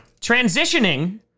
Transitioning